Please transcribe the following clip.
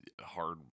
hard